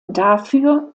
dafür